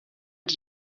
die